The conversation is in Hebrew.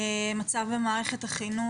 המצב במערכת החינוך.